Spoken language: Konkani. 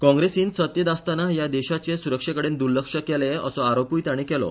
काँग्रेसीन सत्तेत आसताना ह्या देशाचे सुरक्षेकडेन द्र्लक्ष केले असो आरोपूय ताणी केलो